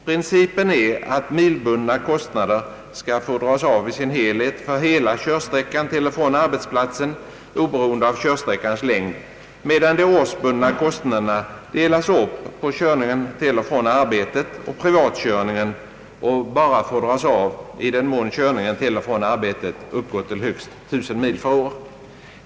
Principen är att milbundna kostnader skall få dras av i sin helhet för hela körsträckan till och från arbetsplatsen, oberoende av körsträckans längd, medan de årsbundna kostnaderna delas upp på körningen till och från arbetet och privatkörningen och bara får dras av i den mån körningen till och från arbetet uppgår till högst 1000 mil per år.